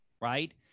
right